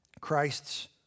Christ's